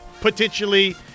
potentially –